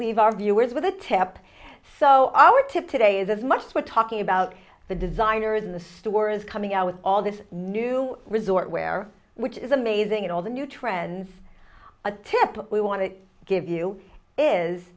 leave our viewers with a tip so our tip today is as much as we're talking about the designers in the store is coming out with all this new resort where which is amazing in all the new trends a tip we want to give you is